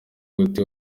guta